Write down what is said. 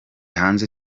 hanze